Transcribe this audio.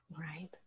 Right